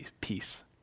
peace